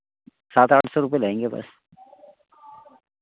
सात आठ सौ रुपये देंगे बस